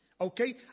Okay